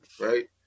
right